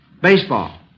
Baseball